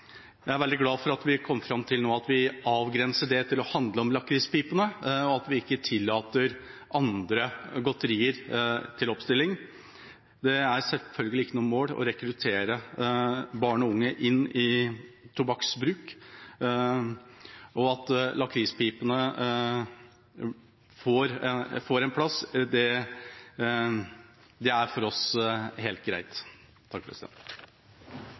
er jeg veldig glad for at vi nå kom fram til at vi avgrenser det til å handle om lakrispipene, og at vi ikke tillater andre godterier til oppstilling. Det er selvfølgelig ikke noe mål å rekruttere barn og unge til tobakksbruk. At lakrispipene får en plass, er for oss helt greit.